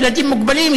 ילדים מוגבלים,